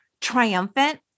triumphant